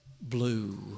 Blue